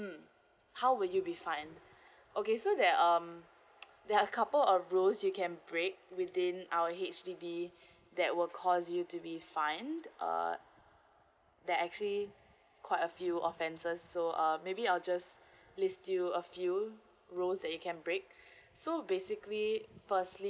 mm how will you be fine okay so there're um there are a couple of rules you can break within our H_D_B that will cause you to be fine uh there're actually quite a few offences so um maybe I'll just list to you a few rules that you can break so basically firstly